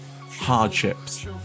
hardships